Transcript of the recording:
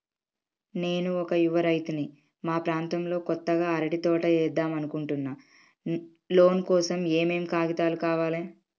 నేను ఒక యువ రైతుని మా ప్రాంతంలో కొత్తగా అరటి తోట ఏద్దం అనుకుంటున్నా లోన్ కోసం ఏం ఏం కాగితాలు కావాలే?